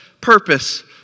purpose